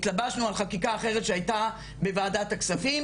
התלבשנו על חקיקה אחרת שהייתה בוועדת הכספים